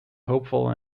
hopeful